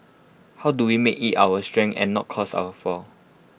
how do we make IT our strength and not cause our fall